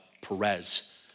Perez